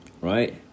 Right